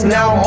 Now